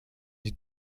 die